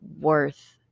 worth